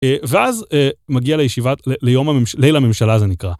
ואז מגיע לישיבת, ליל הממשלה, זה נקרא.